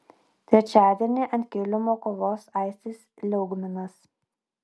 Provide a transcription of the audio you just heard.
trečiadienį ant kilimo kovos aistis liaugminas